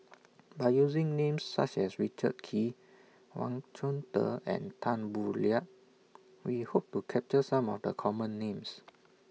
By using Names such as Richard Kee Wang Chunde and Tan Boo Liat We Hope to capture Some of The Common Names